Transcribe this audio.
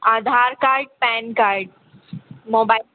Aadhaar card pan card mobile number